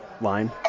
line